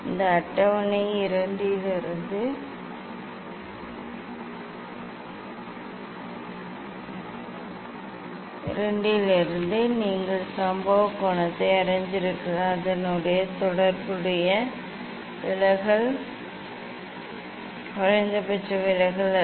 இந்த அட்டவணை 2 இலிருந்து நீங்கள் சம்பவ கோணத்தை அறிந்திருக்கிறீர்கள் அதனுடன் தொடர்புடைய விலகல் குறைந்தபட்ச விலகல் அல்ல